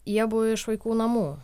jie buvo iš vaikų namų